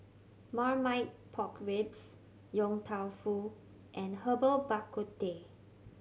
Marmite Pork Ribs Yong Tau Foo and Herbal Bak Ku Teh